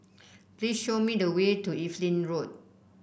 please show me the way to Evelyn Road